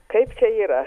kaip yra